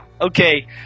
Okay